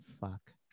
fuck